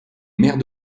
maire